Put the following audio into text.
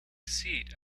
seat